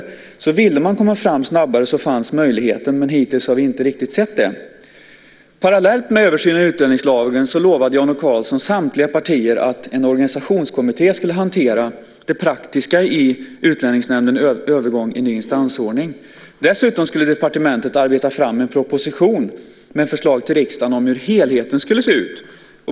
Om man vill komma fram snabbare finns möjligheten, men hittills har vi inte riktigt sett det. Parallellt med översynen av utlänningslagen lovade Jan O Karlsson samtliga partiet att en organisationskommitté skulle hantera det praktiska i Utlänningsnämndens övergång i ny instansordning. Dessutom skulle departementet arbeta fram en proposition med förslag till riksdagen om hur helheten skulle se ut.